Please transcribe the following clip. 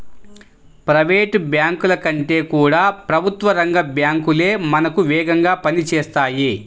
private బ్యాంకుల కంటే కూడా ప్రభుత్వ రంగ బ్యాంకు లే మనకు వేగంగా పని చేస్తాయి